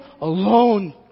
alone